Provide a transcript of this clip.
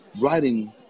writing